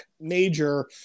major